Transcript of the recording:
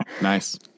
nice